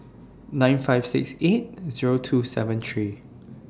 nine five six eight Zero two seven three